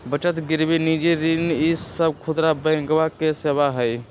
बचत गिरवी निजी ऋण ई सब खुदरा बैंकवा के सेवा हई